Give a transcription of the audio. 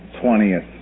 twentieth